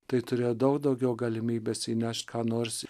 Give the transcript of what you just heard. tai turėjo daug daugiau galimybės įnešt ką nors